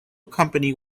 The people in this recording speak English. company